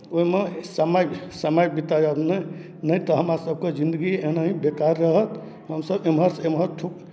ओहिमे समय समय बितायब नहि नहि तऽ हमरासभके जिन्दगी एना ही बेकार रहत हमसभ एम्हरसँ एम्हर ठुक